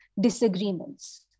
disagreements